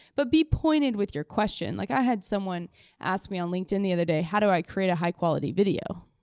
but be pointed with your question. like i had someone asked me on linkedin the other day, how do i create a high-quality video.